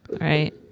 Right